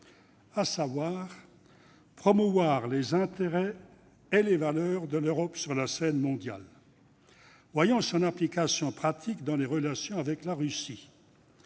à promouvoir les intérêts et les valeurs de l'Europe sur la scène mondiale. Voyons son application pratique dans les relations avec la Russie.